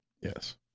yes